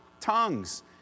tongues